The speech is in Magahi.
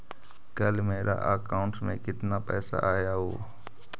कल मेरा अकाउंटस में कितना पैसा आया ऊ?